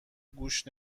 گوش